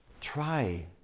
Try